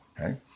okay